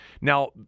Now